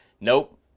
nope